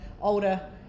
older